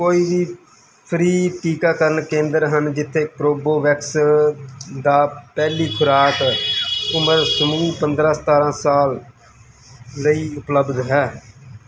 ਕੋਈ ਫ੍ਰੀ ਟੀਕਾਕਰਨ ਕੇਂਦਰ ਹਨ ਜਿੱਥੇ ਕੋਰੋਬੋਵੈਕਸ ਦਾ ਪਹਿਲੀ ਖੁਰਾਕ ਉਮਰ ਸਮੂਹ ਪੰਦਰ੍ਹਾਂ ਸਤਾਰ੍ਹਾਂ ਸਾਲ ਲਈ ਉਪਲਬਧ ਹੈ